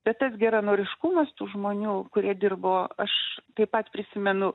bet tas geranoriškumas tų žmonių kurie dirbo aš taip pat prisimenu